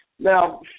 Now